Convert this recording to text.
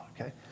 okay